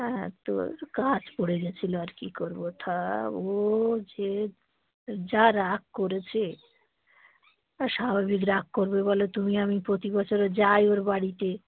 হ্যাঁ তো কাজ পড়ে গিয়েছিলো আর কি করবো তা ও যে যা রাগ করেছে আর স্বাভাবিক রাগ করবে বলো তুমি আমি প্রতি বছর যাই ওর বাড়িতে